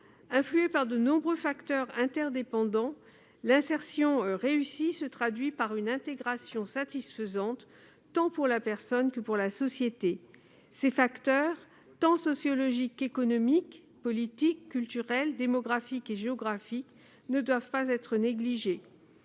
emploi. De nombreux facteurs interdépendants influent sur l'insertion réussie, qui se traduit par une intégration satisfaisante, tant pour la personne que pour la société. Ces facteurs, tant sociologiques qu'économiques, politiques, culturels, démographiques et géographiques, ne doivent pas être négligés.